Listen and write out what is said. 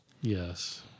Yes